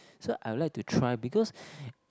so I would like to try because